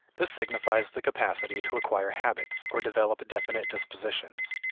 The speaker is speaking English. this signifies the capacity to acquire habits, or develop definite dispositions.